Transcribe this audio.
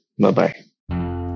bye-bye